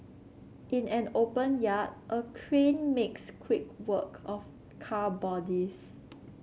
in an open yard a crane makes quick work of car bodies